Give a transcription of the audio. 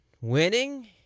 winning